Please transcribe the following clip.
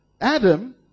Adam